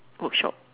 workshop